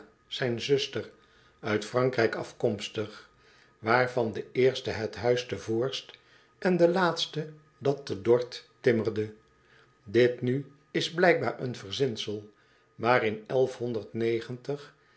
zijn zuster uit frankrijk afkomstig waarvan de eerste het huis te vo o r s t de laatste dat te d o r t h timmerde dit nu is blijkbaar een verzinsel maar in